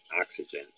oxygen